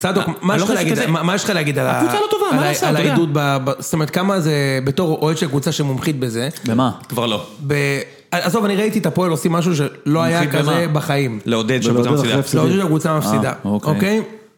צדוק, מה יש לך להגיד? מה יש לך להגיד על ה... (הקבוצה לא טובה, מה לעשות?!) על העדות ב... זאת אומרת, כמה זה... בתור אוהד של קבוצה שמומחית בזה? - במה? - כבר לא. -ב... עזוב. אני ראיתי את הפועל, עושים משהו שלא היה כזה בחיים. - לעודד כשקבוצה מפסידה. - לעודד כשהקבוצה מפסידה, אוקיי?